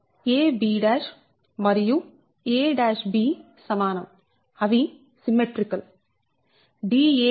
ab మరియు ab సమానం అవి సిమ్మెట్రీకల్